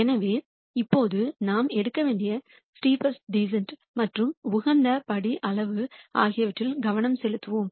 எனவே இப்போது நாம் எடுக்க வேண்டிய ஸ்டெப்பஸ்ட் டீசன்ட் மற்றும் உகந்த படி அளவு ஆகியவற்றில் கவனம் செலுத்துவோம்